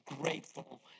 grateful